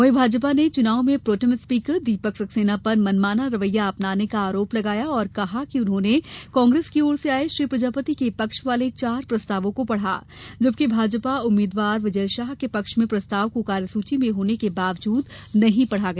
वहीं भाजपा ने चुनाव में प्रोटेम स्पीकर दीपक सक्सेना पर मनमाना रवैया अपनाने का आरोप लगाया और कहा कि उन्होंने कांग्रेस की ओर से आए श्री प्रजापति के पक्ष वाले चार प्रस्तावों को पढ़ा जबकि भाजपा उम्मीदवार विजय शाह के पक्ष में प्रस्ताव को कार्यसूची में होने के बावजूद नहीं पढ़ा गया